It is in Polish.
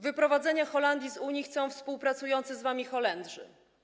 Wyprowadzenia Holandii z Unii chcą współpracujący z wami Holendrzy.